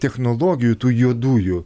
technologijų tų juodųjų